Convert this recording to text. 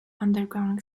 underground